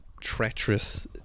treacherous